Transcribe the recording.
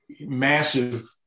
massive